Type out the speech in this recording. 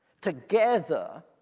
Together